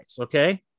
Okay